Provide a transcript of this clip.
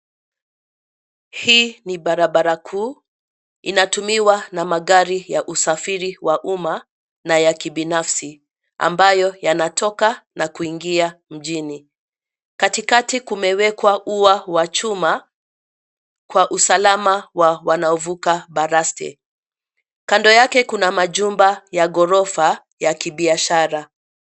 Hii ni barabara kuu. Inatumiwa na magari ya usafiri wa uma na ya kibinafsi ambayo yanatoka na kuingia mjini. Katikati kumewekwa ua wa chuma kwa usalama wa wanaovuka baraste. Kando yake kuna majumba ya ghorofa ya kibiashara.